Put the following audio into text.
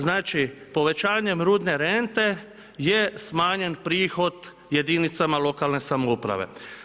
Znači povećanjem rudne rente je smanjen prihod jedinicama lokalne samouprave.